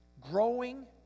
growing